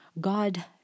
God